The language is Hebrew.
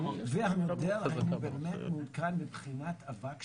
והמודל, האם הוא באמת מעודכן מבחינת אבק שוקע?